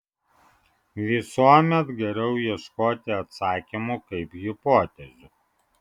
visuomet geriau ieškoti atsakymų kaip hipotezių